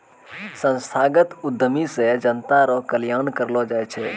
संस्थागत उद्यमी से जनता रो कल्याण करलौ जाय छै